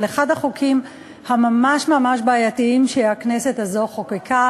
אבל אחד החוקים הממש-ממש בעייתיים שהכנסת הזאת חוקקה